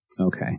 Okay